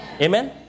Amen